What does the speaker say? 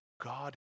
God